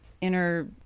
inner